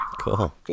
Cool